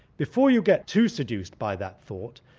before you get too seduced by that thought,